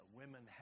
women